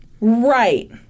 Right